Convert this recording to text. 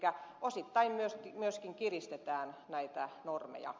elikkä osittain myöskin kiristetään näitä normeja